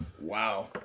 Wow